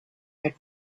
had